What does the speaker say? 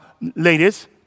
ladies